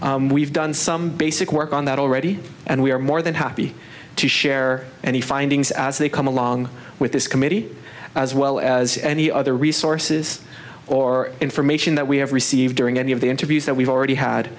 under we've done some basic work on that already and we are more than happy to share any findings as they come along with this committee as well as any other resources or information that we have received during any of the interviews that we've already had